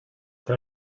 can